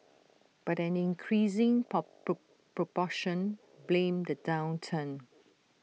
but an increasing pop proportion blamed the downturn